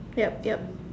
ya ya